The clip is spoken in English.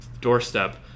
doorstep